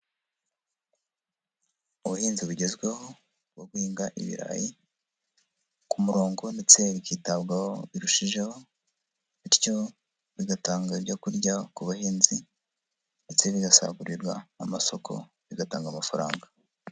Ubuhinzi bugezweho bwo guhinga ibirayi ku murongo ndetse bikitabwaho birushijeho, bityo bigatanga ibyo kurya ku bahinzi ndetse bigasagurirwa n'amasoko, bigatanga amafaranga.